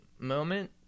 Moment